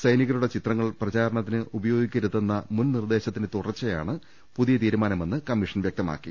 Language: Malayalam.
സൈനികരുടെ ചിത്രങ്ങൾ പ്രചാരണത്തിന് ഉപയോഗിക്കരുതെന്നു മുൻ നിർദേശത്തിന്റെ തു ടർച്ചയാണ് പുതിയ തീരുമാനമെന്നും കൃമ്മീഷൻ വൃക്തമാക്കി